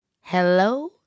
Hello